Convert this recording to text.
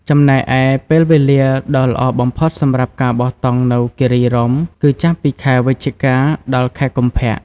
ចំណែកឯ ពេលវេលាដ៏ល្អបំផុតសម្រាប់ការបោះតង់នៅគិរីរម្យគឺចាប់ពីខែវិច្ឆិកា ដល់ ខែកុម្ភៈ។